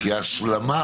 כהשלמה